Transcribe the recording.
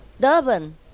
Durban